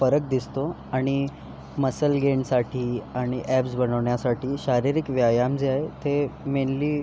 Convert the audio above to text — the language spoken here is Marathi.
फरक दिसतो आणि मसल गेनसाठी आणि ॲब्स बनवण्यासाठी शारिरीक व्यायाम जे आहे ते मेनली